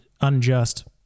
Unjust